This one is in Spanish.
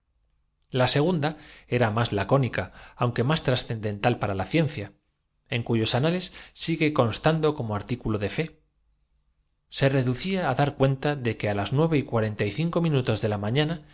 la segunda era más lacónica aunque más trascen hasta su aparición la dental para la ciencia en cuyos anales sigue constando filosofía más remota del como artículo de fe se reducía á dar cuenta de que á celeste imperio estaba reducida al y king enciclopedia las nueve y cuarenta y cinco minutos de la mañana